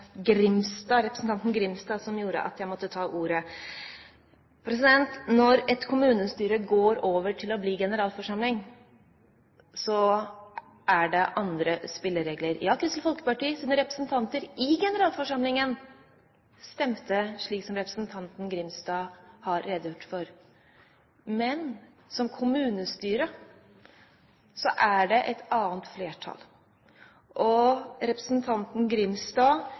å bli generalforsamling, er det andre spilleregler. Ja, Kristelig Folkepartis representanter i generalforsamlingen stemte slik som representanten Grimstad har redegjort for, men som kommunestyre er det et annet flertall. Representanten Grimstad